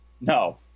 no